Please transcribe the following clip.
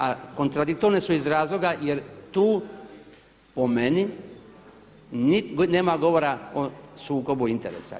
A kontradiktorne su iz razloga jer tu po meni nema govora o sukobu interesa.